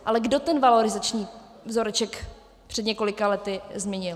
Ale kdo ten valorizační vzoreček před několika lety změnil?